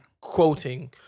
quoting